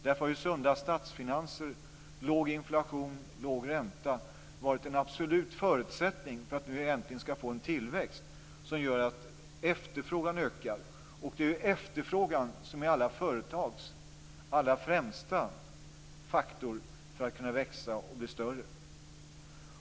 Därför har sunda statsfinanser, låg inflation och låg ränta varit en absolut förutsättning för att äntligen få en tillväxt som gör att efterfrågan ökar. Det är efterfrågan som är alla företags främsta faktor för att växa och bli större.